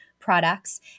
products